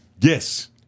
Yes